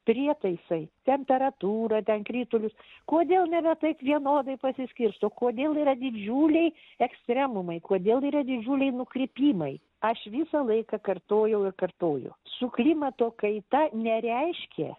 prietaisai temperatūra ten kritulius kodėl nebe taip vienodai pasiskirsto kodėl yra didžiuliai ekstremumai kodėl yra didžiuliai nukrypimai aš visą laiką kartojau ir kartoju su klimato kaita nereiškia